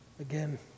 Again